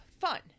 fun